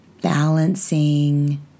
Balancing